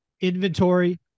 Inventory